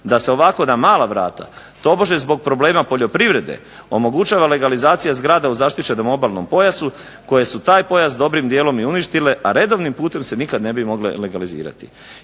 da se ovako na mala vrata tobože zbog problema poljoprivrede omogućava legalizacija zgrada u zaštićenom obalnom pojasu koje su taj pojas dobrim dijelom i uništile, a redovnim putem se nikad ne bi mogle legalizirati.